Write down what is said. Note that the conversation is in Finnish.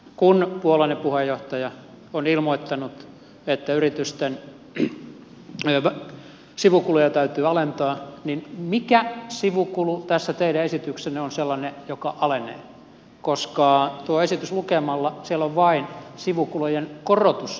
kun puolueenne puheenjohtaja on ilmoittanut että yritysten sivukuluja täytyy alentaa niin mikä sivukulu tässä teidän esityksessänne on sellainen joka alenee koska tuon esityksen lukemalla siellä on vain sivukulujen korotusesityksiä